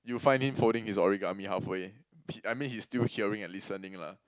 you'll find him folding his origami halfway he~ I mean he's still hearing and listening lah